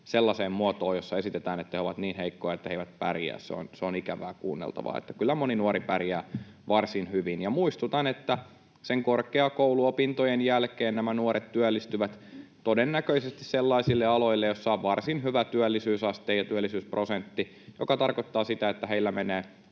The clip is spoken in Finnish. sellaiseen muotoon, jossa esitetään, että he ovat niin heikkoja, että he eivät pärjää. Se on ikävää kuunneltavaa. Kyllä moni nuori pärjää varsin hyvin. Muistutan, että korkeakouluopintojen jälkeen nämä nuoret työllistyvät todennäköisesti sellaisille aloille, joilla on varsin hyvä työllisyysaste ja työllisyysprosentti, joka tarkoittaa sitä, että heillä menee